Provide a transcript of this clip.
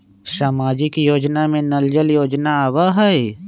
सामाजिक योजना में नल जल योजना आवहई?